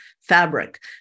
Fabric